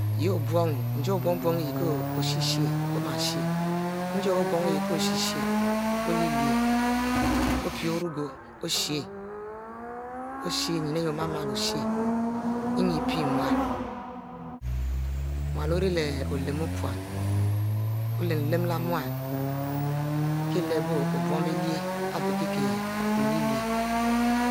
Yeh obune o'm she-sher njie oboun i yeh k'o ma she-sheh, njie o'm'a lyieh-lyieh o'pie orugo o'shie, o shie nyin ari yeh o miele oshieh eninn pie muiele, muiele ori leh olemu ute omilel leh muiele kie lehbo obum bieleh ari bie k'o lyiehe